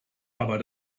aber